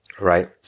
right